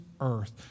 earth